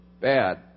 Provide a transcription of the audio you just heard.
bad